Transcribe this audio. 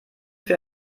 für